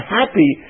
happy